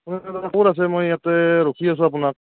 ক'ত আছে মই ইয়াতে ৰখি আছোঁ আপোনাক